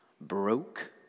broke